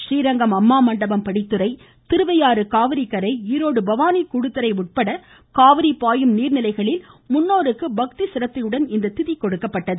ஸ்ரீரங்கம் அம்மா மண்டபம் படித்துறை திருவையாறு காவிரிக்கரை ஈரோடு பவானி கூடுதுறை உட்பட காவிரி பாயும் நீர்நிலைகளில் முன்னோர்களுக்கு பக்தி சிரத்தையுடன் இன்று திதி கொடுக்கப்பட்டது